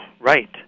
right